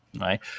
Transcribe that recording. right